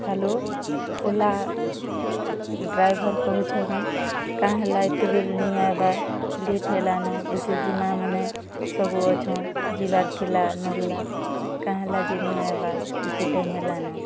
hello Ola driver କହୁଛ କେଁ କାଁ ହେଲା ଏତେବେଲ୍ ନେଇ ଆଏବା ଲେଟ୍ ହେଲାନ ଏସ୍ ଏଚ୍ ଜି ମା'ମାନେ ସବୁ ଅଛନ୍ ଯିବାର୍ ଥିଲା ନର୍ଲା କାଁ ହେଲା ଯେ ନେଇ ଆଏବା ଏତେ ଟାଇମ୍ ହେଲାନ